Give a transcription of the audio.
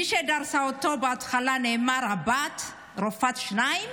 מי שדרסה אותו, בהתחלה נאמר הבת, רופאת שיניים,